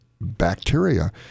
bacteria